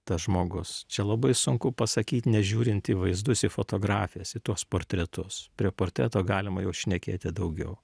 tas žmogus čia labai sunku pasakyt nežiūrint į vaizdus į fotografijas į tuos portretus prie portreto galima jau šnekėti daugiau